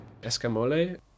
Escamole